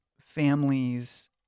families